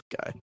guy